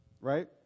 right